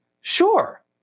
Sure